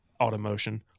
automotion